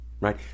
right